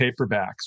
paperbacks